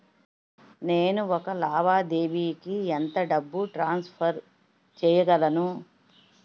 నేను ఒక లావాదేవీకి ఎంత డబ్బు ట్రాన్సఫర్ చేయగలను?